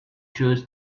choose